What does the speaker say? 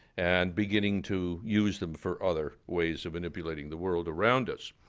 and beginning to use them for other ways of manipulating the world around us.